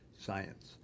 science